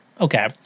Okay